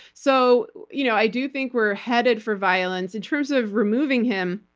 so you know i do think we're headed for violence. in terms of removing him,